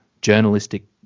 journalistic